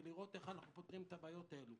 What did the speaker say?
ולראות איך אנחנו פותרים את הבעיות האלה.